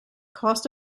cost